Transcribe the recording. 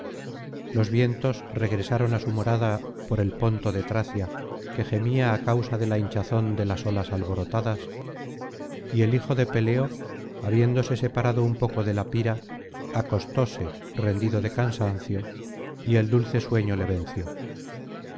los vientos regresaron á su morada por el ponto de tracia que gemía á causa de la hinchazón de las olas alborotadas y el hijo de peleo habiéndose separado un poco de la pira acostóse rendido de cansancio y el dulce sueño le venció